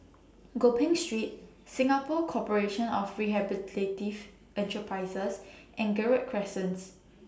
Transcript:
Gopeng Street Singapore Corporation of Rehabilitative Enterprises and Gerald Crescent